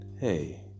hey